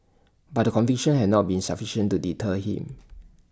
but the convictions have not been sufficient to deter him